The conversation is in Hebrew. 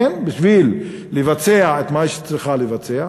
בשביל לבצע את מה שהיא צריכה לבצע.